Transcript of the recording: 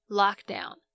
lockdown